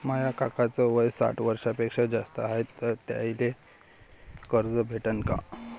माया काकाच वय साठ वर्षांपेक्षा जास्त हाय तर त्याइले कर्ज भेटन का?